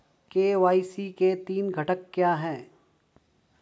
KYC के तीन घटक क्या हैं?